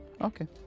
Okay